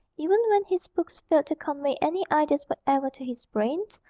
even when his books failed to convey any ideas whatever to his brain,